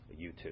YouTube